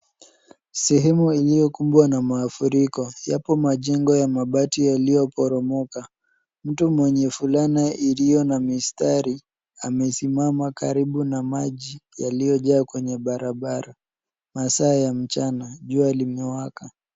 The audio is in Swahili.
Sehemu iliyokumbwa na mafuriko. Yapo majengo ya mabati yaliyoporomoka. Mtu mwenye fulana iliyo na mistari, amesimama karibu na maji yaliyojaa kwenye barabara. Masaa ya mchana. Jua limewaka.